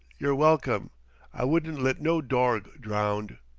you're welcome i wouldn't let no dorg drownd,